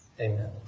Amen